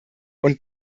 und